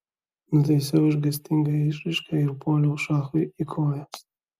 nutaisiau išgąstingą išraišką ir puoliau šachui į kojas